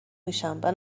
میشم، به